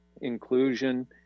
inclusion